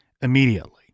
immediately